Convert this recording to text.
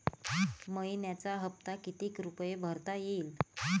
मइन्याचा हप्ता कितीक रुपये भरता येईल?